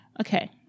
Okay